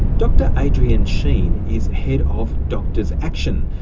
dr adrian sheen is head of doctors action,